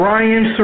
Ryan